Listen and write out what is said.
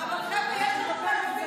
והוא רוצה לספר על זה.